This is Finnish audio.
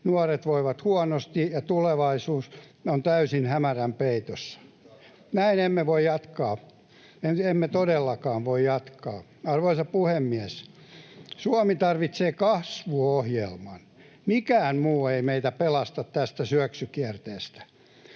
nuoret voivat huonosti, ja tulevaisuus on täysin hämärän peitossa. Näin emme voi jatkaa, [Eduskunnasta: Nyt ratkaisu!] emme todellakaan voi jatkaa. Arvoisa puhemies! Suomi tarvitsee kasvuohjelman, mikään muu ei meitä pelasta tästä syöksykierteestä.